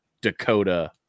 Dakota